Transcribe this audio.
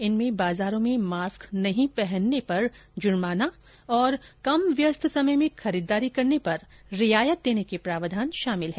इनमें बाजारों में मास्क न पहनने पर जुर्माना और कम व्यस्त समय में खरीदारी करने पर रियायत देने के प्रावधान शामिल है